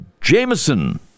Jameson